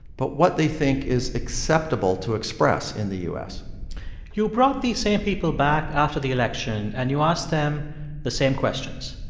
but what they think is acceptable to express in the u s you brought these same people back after the election. and you asked them the same questions.